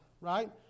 right